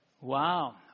Wow